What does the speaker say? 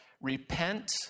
Repent